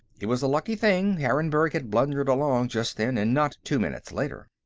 it was a lucky thing harrenburg had blundered along just then, and not two minutes later.